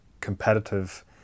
competitive